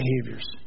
behaviors